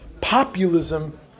Populism